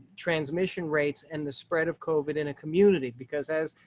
transmission rates and the spread of covert in a community because as,